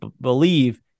believe